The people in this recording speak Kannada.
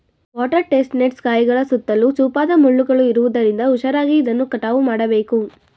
ವಾಟರ್ ಟೆಸ್ಟ್ ನೆಟ್ಸ್ ಕಾಯಿಗಳ ಸುತ್ತಲೂ ಚೂಪಾದ ಮುಳ್ಳುಗಳು ಇರುವುದರಿಂದ ಹುಷಾರಾಗಿ ಇದನ್ನು ಕಟಾವು ಮಾಡಬೇಕು